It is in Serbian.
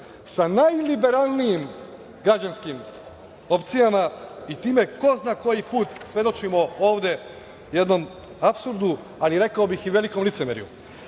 sa najliberalnijim građanskim opcijama i time ko zna koji put svedočimo ovde jednom apsurdu, ali rekao bih i velikom licemerju,